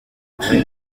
imaze